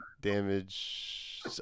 damage